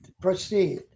proceed